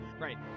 Right